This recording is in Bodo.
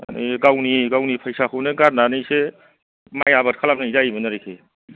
ए गावनि गावनि फैसाखौनो गारनानैसो माइ आबाद खालामनाय जायो मोन आरिखि